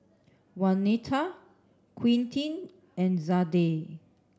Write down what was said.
Waneta Quintin and Zadie